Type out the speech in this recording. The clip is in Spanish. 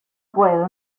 puedo